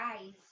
eyes